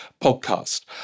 podcast